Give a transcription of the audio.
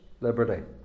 liberty